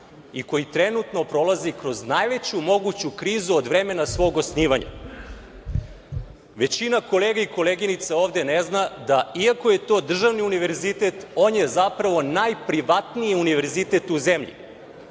i koji trenutno prolazi kroz najveću moguću krizu od vremena svog osnivanja. Većina kolega i koleginica ovde ne zna da, iako je to državni univerzitet, on je zapravo najprivatniji univerzitet u zemlji.